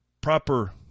proper